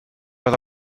oedd